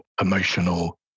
emotional